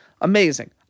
Amazing